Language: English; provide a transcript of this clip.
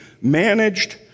managed